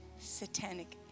satanic